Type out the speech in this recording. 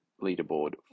leaderboard